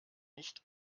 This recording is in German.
nicht